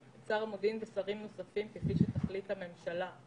את שר המודיעין, ושרים נוספים כפי שתחליט הממשלה.